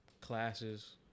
classes